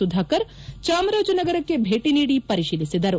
ಸುಧಾಕರ್ ಚಾಮರಾಜನಗರಕ್ಕೆ ಭೇಟ ನೀಡಿ ಪರಿಶೀಲಿಸಿದರು